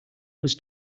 was